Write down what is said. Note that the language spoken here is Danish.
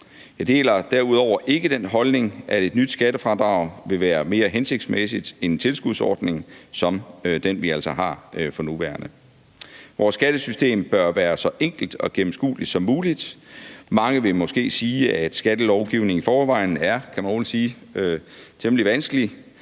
Jeg støtter derudover ikke den holdning, at et nyt skattefradrag vil være mere hensigtsmæssigt end en tilskudsordning som den, vi altså har for nuværende. Vores skattesystem bør være så enkelt og gennemskueligt som muligt. Mange vil måske sige, at skattelovgivningen i forvejen er, kan man rolig sige, temmelig vanskelig.